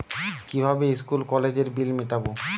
কিভাবে স্কুল কলেজের বিল মিটাব?